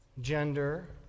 gender